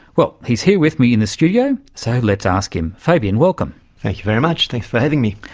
well, he's here with me in the studio, so let's ask him. fabien, welcome. thank you very much, thanks for having me.